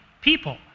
people